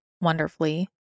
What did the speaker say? wonderfully